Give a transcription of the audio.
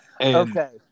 Okay